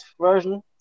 version